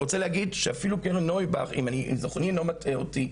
אפילו קרן נויבך, אם זכרוני אינו מטעה אותי,